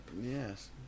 Yes